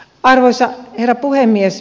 arvoisa herra puhemies